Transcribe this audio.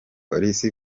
polisi